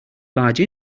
barge